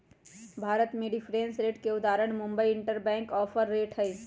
भारत में reference rate के उदाहरण मुंबई इंटरबैंक ऑफर रेट हइ